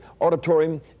auditorium